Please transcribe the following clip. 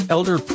Elder